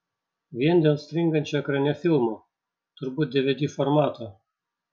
vien dėl stringančio ekrane filmo turbūt dvd formato